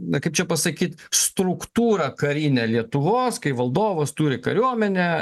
na kaip čia pasakyt struktūrą karinę lietuvos kai valdovas turi kariuomenę